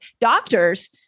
doctors